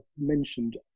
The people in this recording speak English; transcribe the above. mentioned